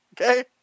Okay